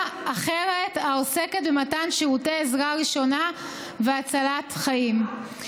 אחרת העוסקת במתן שירותי עזרה ראשונה והצלת חיים".